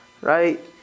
right